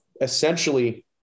essentially